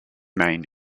main